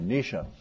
Nisha